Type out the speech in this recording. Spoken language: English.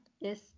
Yes